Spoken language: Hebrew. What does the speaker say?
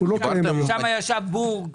שם ישב בורג.